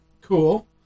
Cool